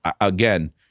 again